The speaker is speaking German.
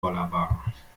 bollerwagen